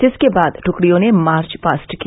जिसके बाद ट्रुड़ियों ने मार्चपास्ट किया